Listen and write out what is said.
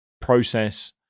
process